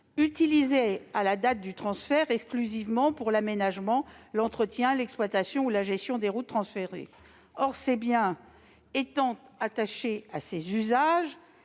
utilisés à la date du transfert exclusivement pour l'aménagement, l'entretien, l'exploitation ou la gestion des routes transférées. En effet, ces biens étant attachés à ces usages,